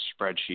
spreadsheet